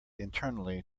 internally